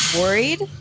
worried